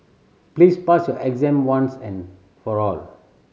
please pass your exam once and for all